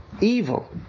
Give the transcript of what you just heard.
evil